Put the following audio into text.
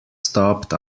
stopped